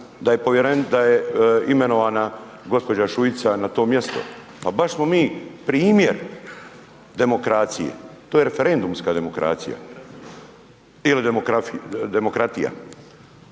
da je imenovana gospođa Šuica na to mjesto, pa baš smo mi primjer demokracije, to je referendumska demokracija ili demokratija.